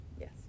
Yes